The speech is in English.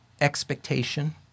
expectation